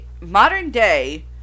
modern-day